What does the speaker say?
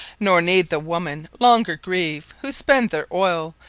nor need the women longer grieve who spend their oyle,